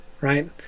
right